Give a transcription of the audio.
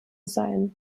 sein